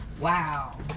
Wow